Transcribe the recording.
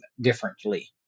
differently